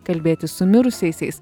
kalbėti su mirusiaisiais